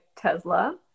Tesla